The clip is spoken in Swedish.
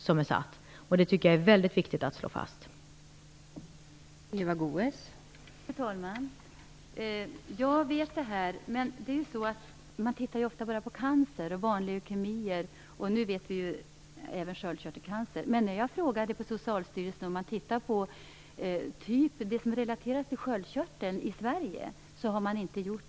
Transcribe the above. Jag tycker att det är väldigt viktigt att slå fast det.